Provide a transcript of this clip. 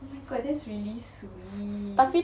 oh my god that's really sweet